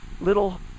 little